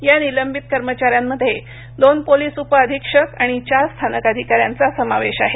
या निलंबित कर्मचाऱ्यांमध्ये दोन पोलीस उप अधीक्षक आणि चार स्थानक अधिकाऱ्यांचा समावेश आहे